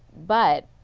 but,